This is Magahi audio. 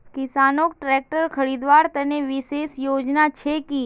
किसानोक ट्रेक्टर खरीदवार तने विशेष योजना छे कि?